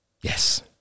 Yes